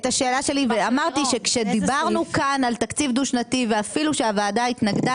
אמרתי שכשדיברנו כאן על תקציב דו שנתי ואפילו שהוועדה התנגדה